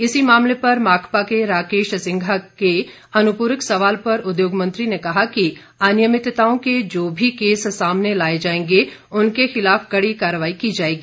इसी मामले पर माकपा के राकेश सिंघा के अनुपूरक सवाल पर उद्योग मंत्री ने कहा कि अनियमितताओं के जो भी केस सामने लाए जाएंगे उनके खिलाफ कड़ी कार्रवाई की जाएगी